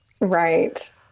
Right